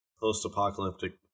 post-apocalyptic